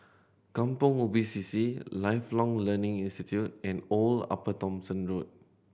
Kampong Ubi C C Lifelong Learning Institute and Old Upper Thomson Road